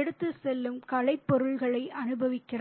எடுத்துச் செல்லும் கலைப் பொருள்களை அனுபவிக்கிறார்கள்